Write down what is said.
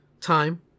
time